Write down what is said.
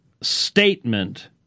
statement